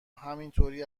همینطوری